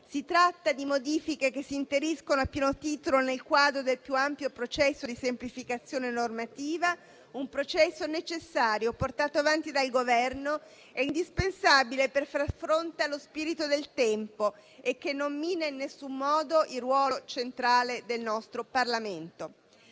Si tratta di modifiche che si inseriscono a pieno titolo nel quadro di un più ampio processo di semplificazione normativa portato avanti dal Governo, che era necessario, è indispensabile per far fronte allo spirito del tempo e non mina in nessun modo il ruolo centrale del nostro Parlamento.